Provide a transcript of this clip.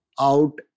out